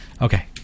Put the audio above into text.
Okay